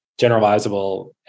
generalizable